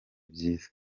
byiza